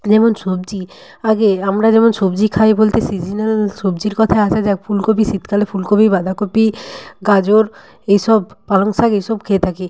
যেমন সবজি আগে আমরা যেমন সবজি খাই বলতে সিজনাল সবজির কথায় আসা যাক ফুলকপি শীতকালে ফুলকপি বাঁধাকপি গাজর এইসব পালং শাক এইসব খেয়ে থাকি